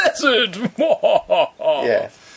Yes